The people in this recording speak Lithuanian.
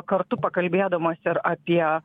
kartu pakalbėdamas ir apie